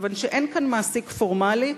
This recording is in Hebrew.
כיוון שאין כאן מעסיק פורמלי.